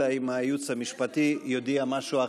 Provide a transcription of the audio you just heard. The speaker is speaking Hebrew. אלא אם כן הייעוץ המשפטי יודיע משהו אחר.